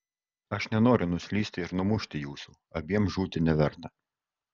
aš nenoriu nuslysti ir numušti jūsų abiem žūti neverta